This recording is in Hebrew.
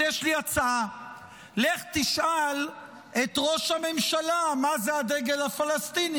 אז יש לי הצעה: לך שאל את ראש הממשלה מה זה הדגל הפלסטיני,